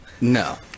No